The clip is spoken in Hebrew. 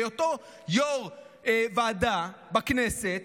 בהיותו יו"ר ועדה בכנסת,